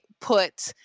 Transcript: put